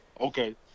Okay